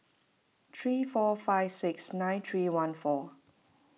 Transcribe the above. three four five six nine three one four